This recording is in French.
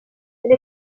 elle